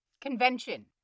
convention